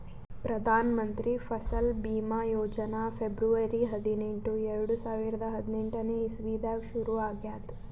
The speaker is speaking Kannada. ಪ್ರದಾನ್ ಮಂತ್ರಿ ಫಸಲ್ ಭೀಮಾ ಯೋಜನಾ ಫೆಬ್ರುವರಿ ಹದಿನೆಂಟು, ಎರಡು ಸಾವಿರದಾ ಹದಿನೆಂಟನೇ ಇಸವಿದಾಗ್ ಶುರು ಆಗ್ಯಾದ್